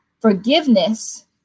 forgiveness